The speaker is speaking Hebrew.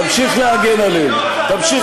תמשיך להגן עליהם.